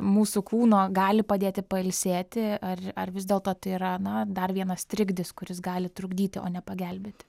mūsų kūno gali padėti pailsėti ar ar vis dėlto tai yra na dar vienas trikdis kuris gali trukdyti o ne pagelbėti